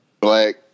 black